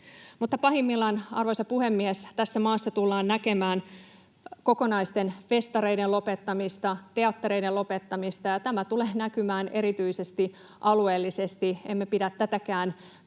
Pahimmillaan, arvoisa puhemies, tässä maassa tullaan näkemään kokonaisten festareiden lopettamista, teattereiden lopettamista, ja tämä tulee näkymään erityisesti alueellisesti. Emme pidä tätäkään kannatettavana